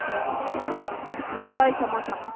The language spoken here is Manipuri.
ꯍꯣꯏ ꯊꯝꯃꯣ ꯊꯝꯃꯣ